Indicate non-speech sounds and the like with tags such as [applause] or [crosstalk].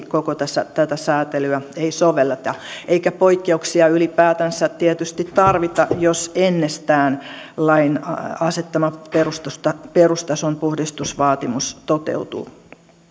[unintelligible] koko tätä säätelyä ei sovelleta eikä poikkeuksia ylipäätänsä tietysti tarvita jos ennestään lain asettama perustason perustason puhdistusvaatimus toteutuu